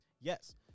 Yes